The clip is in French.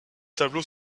tableau